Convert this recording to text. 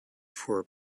for